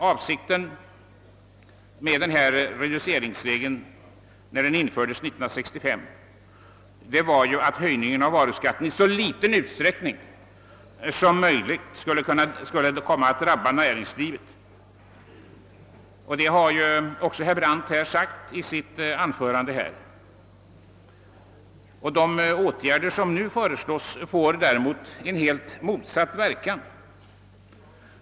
Avsikten med reduceringsregeln var, när den infördes 1965, att höjningen av varuskatten i så liten utsträckning som möjligt skulle komma att drabba näringslivet. Herr Brandt har också erkänt detta i sitt anförande nyss. De åtgärder som nu föreslås får däremot en helt motsatt verkan.